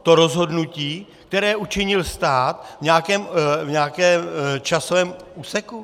To rozhodnutí, které učinil stát v nějakém časovém úseku?